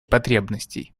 потребностей